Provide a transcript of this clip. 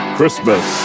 Christmas